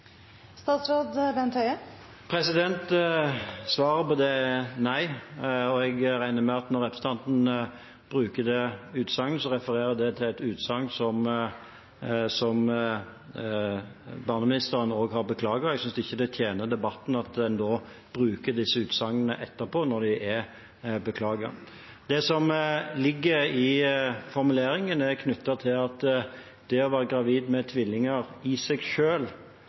Svaret på det er nei, og jeg regner med at når representanten bruker det utsagnet, refererer det til et utsagn som barneministeren har beklaget. Jeg synes ikke det tjener debatten at man bruker utsagnet etterpå, når det er beklaget. Det som ligger i formuleringen, er knyttet til at det å være gravid med tvillinger i seg